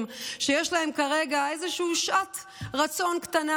שיש להם כרגע איזושהי שעת רצון קטנה.